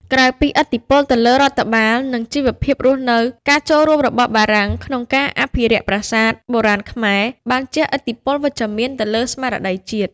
ក្រៅពីឥទ្ធិពលទៅលើរដ្ឋបាល និងជីវភាពរស់នៅ ការចូលរួមរបស់បារាំងក្នុងការអភិរក្សប្រាសាទបុរាណខ្មែរ បានជះឥទ្ធិពលវិជ្ជមានទៅលើស្មារតីជាតិ។